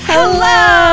Hello